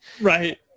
right